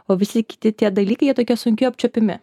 o visi kiti tie dalykai jie tokie sunkiai apčiuopiami